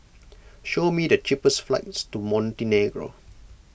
show me the cheapest flights to Montenegro